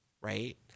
right